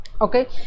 Okay